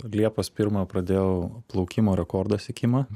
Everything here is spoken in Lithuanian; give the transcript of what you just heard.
liepos pirmą pradėjau plaukimo rekordo siekimą